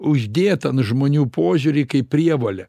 uždėt ant žmonių požiūrį kaip prievolę